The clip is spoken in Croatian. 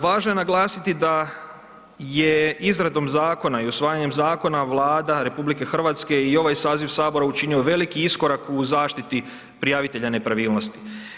Važno je naglasiti da je izradom zakona i usvajanjem zakona Vlada RH i ovaj saziv sabora učinio veliki iskorak u zaštiti prijavitelja nepravilnosti.